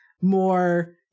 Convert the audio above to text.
more